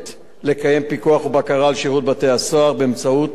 לקיים פיקוח ובקרה על שירות בתי-הסוהר באמצעות